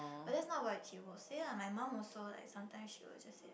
but that's not what he will say lah my mum also like sometimes she will just say